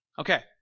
okay